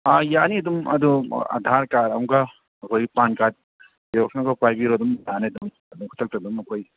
ꯑꯥ ꯌꯥꯅꯤ ꯑꯗꯨꯝ ꯑꯗꯨ ꯑꯗꯥꯔ ꯀꯥꯔꯗ ꯑꯃꯒ ꯑꯩꯈꯣꯏꯒꯤ ꯄꯥꯟ ꯀꯥꯔꯗ ꯖꯦꯔꯣꯛꯁ ꯑꯃꯒ ꯄꯥꯏꯕꯤꯔꯣ ꯑꯗꯨꯝ ꯌꯥꯅꯤ ꯑꯗꯨꯝ ꯑꯗꯨꯝ ꯈꯨꯗꯛꯇ ꯑꯗꯨꯝ ꯑꯩꯈꯣꯏ